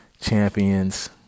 champions